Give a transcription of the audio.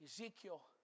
Ezekiel